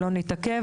הממשלה.